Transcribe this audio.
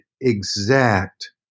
exact